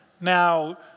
Now